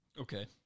Okay